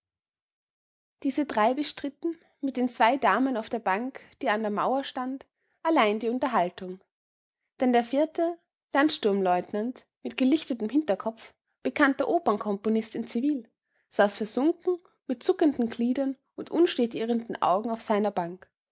diese drei bestritten mit den zwei damen auf der bank die an der mauer stand allein die unterhaltung denn der vierte landsturmleutnant mit gelichtetem hinterkopf bekannter opernkomponist in zivil saß versunken mit zuckenden gliedern und unstet irrenden augen auf seiner bank